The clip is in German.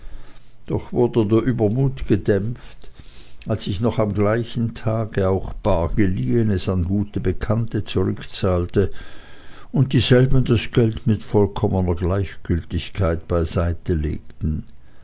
doch wurde der übermut gedämpft als ich noch am gleichen tage auch bar geliehenes an gute bekannte zurückzahlte und dieselben das geld mit vollkommener gleichgültigkeit beiseite legten